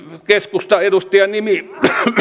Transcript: keskustaedustajan nimi